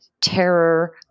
terror